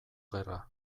gerra